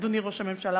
אדוני ראש הממשלה.